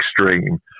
extreme